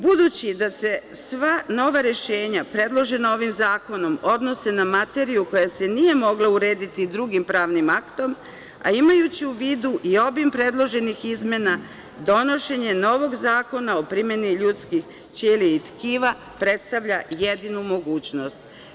Budući da se sva nova rešenja predložena ovim zakonom odnose na materiju koja se nije mogla urediti drugim pravnim aktom, a imajući u vidu i obim predloženih izmena, donošenje novog zakona o primeni ljudskih ćelija i tkiva predstavlja jedinu mogućnost.